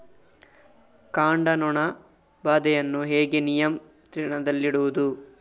ಕಾಂಡ ನೊಣ ಬಾಧೆಯನ್ನು ಹೇಗೆ ನಿಯಂತ್ರಣದಲ್ಲಿಡುವುದು?